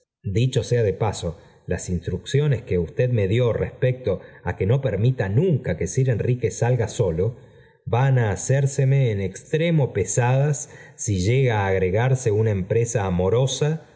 dicho sea de paso las instrucciones que usted me dió respecto á que no permita nunca que sir enrique salga solo van á hacérseme en extremo pesadas si llega á agregarse una empresa amorosa